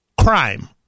Crime